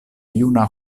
juna